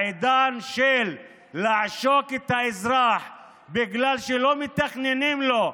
העידן של לעשוק את האזרח בגלל שלא מתכננים לו,